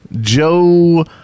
Joe